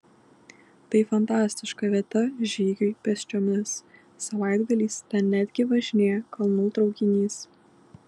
tai fantastiška vieta žygiui pėsčiomis savaitgaliais ten netgi važinėja kalnų traukinys